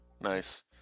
Nice